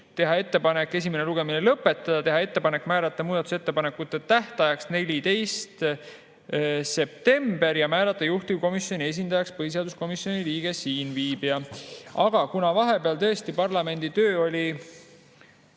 teha ettepanek esimene lugemine lõpetada, teha ettepanek määrata muudatusettepanekute tähtajaks 14. september ja määrata juhtivkomisjoni esindajaks põhiseaduskomisjoni liige, siinviibija. Aga kuna vahepeal oli parlamendi töö